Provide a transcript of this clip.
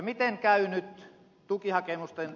miten käy nyt tukihakemusten